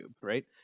right